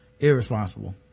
Irresponsible